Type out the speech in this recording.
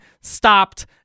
stopped